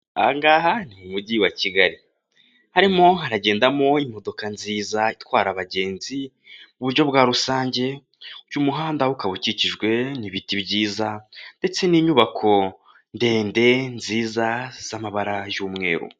Aha ni mu mujyi wa Kigali harimo hagendamo imodoka nziza itwara abagenzi mu buryo bwa rusange uyu muhanda ukaba ukikijwe n'ibiti byiza ndetse n'inyubako ndende nziza z'amabara y'umweru.